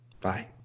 Bye